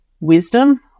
wisdom